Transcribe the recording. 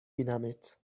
بینمت